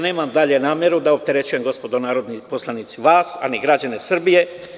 Nemam dalje nameru da opterećujem vas, gospodo narodni poslanici, a ni građane Srbije.